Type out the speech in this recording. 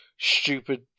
stupid